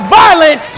violent